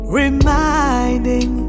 reminding